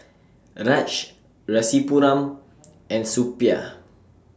Raj Rasipuram and Suppiah